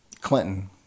Clinton